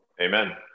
Amen